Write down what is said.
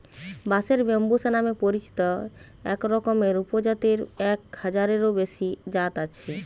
বাঁশের ব্যম্বুসা নামে পরিচিত একরকমের উপজাতের এক হাজারেরও বেশি জাত আছে